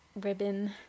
ribbon